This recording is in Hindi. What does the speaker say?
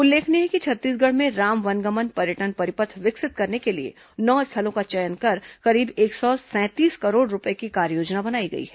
उल्लेखनीय है कि छत्तीसगढ़ में राम वनगमन पर्यटन परिपथ विकसित करने के लिए नौ स्थलों का चयन कर करीब एक सौ सैंतीस करोड़ रूपये की कार्ययोजना बनाई गई है